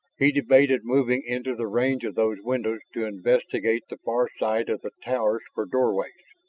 he debated moving into the range of those windows to investigate the far side of the towers for doorways.